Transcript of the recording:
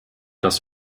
das